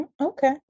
okay